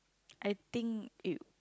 I think it